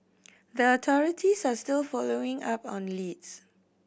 the authorities are still following up on leads